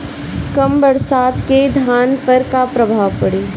कम बरसात के धान पर का प्रभाव पड़ी?